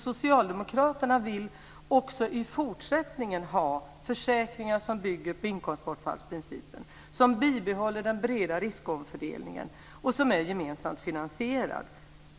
Socialdemokraterna vill också i fortsättningen ha försäkringar som bygger på inkomstbortfallsprincipen, som bibehåller den breda riskomfördelningen och som är gemensamt finansierade.